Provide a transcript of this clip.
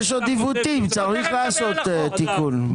יש עוד עיוותים וצריך לעשות תיקון.